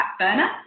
Backburner